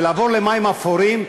ולעבור למים אפורים,